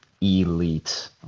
elite